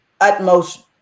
utmost